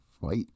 fight